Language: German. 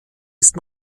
ist